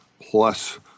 plus